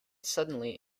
suddenly